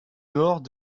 nord